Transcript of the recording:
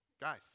Guys